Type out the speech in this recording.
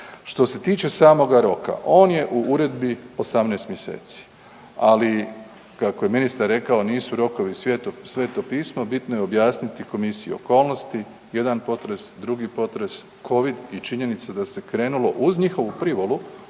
Što se tiče samoga roka on je u uredbi 18 mjeseci, ali kako je ministar rekao nisu rokovi sveto pismo, bitno je objasniti komisiji okolnosti, jedan potres, drugi potres, covid i činjenica da se krenulo uz njihovu privolu